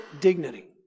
dignity